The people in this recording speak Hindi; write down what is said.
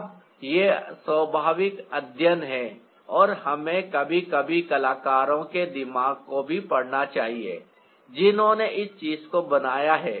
अब यह एक स्वाभाविक अध्ययन है और हमें कभी कभी कलाकारों के दिमाग को भी पढ़ना चाहिए जिन्होंने इस चीज को बनाया है